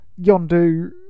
yondu